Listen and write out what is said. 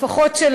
לפחות של